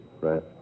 Right